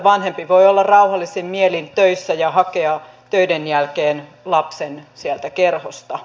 vanhempi voi olla rauhallisin mielin töissä ja hakea töiden jälkeen lapsen sieltä kerhosta